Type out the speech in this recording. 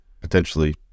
potentially